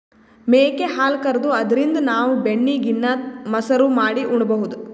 ಮೇಕೆ ಹಾಲ್ ಕರ್ದು ಅದ್ರಿನ್ದ್ ನಾವ್ ಬೆಣ್ಣಿ ಗಿಣ್ಣಾ, ಮಸರು ಮಾಡಿ ಉಣಬಹುದ್